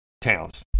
towns